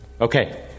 okay